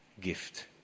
gift